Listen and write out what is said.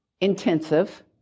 intensive